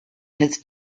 his